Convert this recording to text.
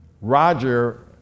Roger